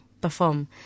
perform